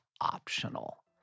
optional